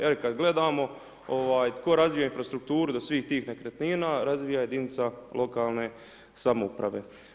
Jel kad gledamo, ovaj, tko razvija infrastrukturu do svih tih nekretnina, razvija jedinica lokalne samouprave.